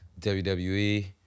WWE